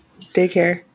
daycare